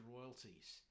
royalties